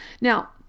Now